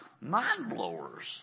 mind-blowers